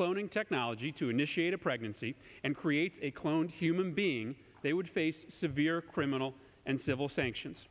cloning technology to initiate a pregnancy and create a cloned human being they would face severe criminal and civil sanctions